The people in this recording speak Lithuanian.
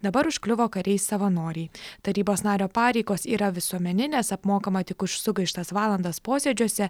dabar užkliuvo kariai savanoriai tarybos nario pareigos yra visuomeninės apmokama tik už sugaištas valandas posėdžiuose